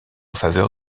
faveur